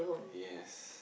yes